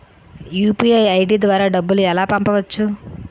UPI ID ద్వారా డబ్బులు ఎలా పంపవచ్చు?